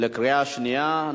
בקריאה שנייה,